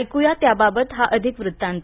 ऐकया त्याबाबत हा अधिक वृतांत